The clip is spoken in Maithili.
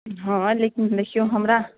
हँ लेकिन देखियौ हमरा